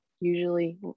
usually